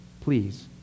Please